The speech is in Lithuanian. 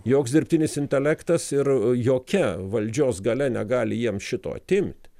joks dirbtinis intelektas ir jokia valdžios galia negali jiem šito atimti